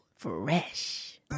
Fresh